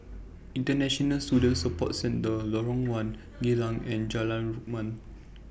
International Student Support Centre Lorong one Geylang and Jalan Rukam